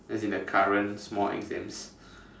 as in the current small exams